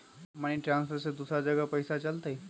Money transfer से दूसरा जगह पईसा चलतई?